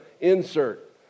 insert